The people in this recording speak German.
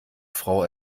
frau